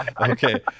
okay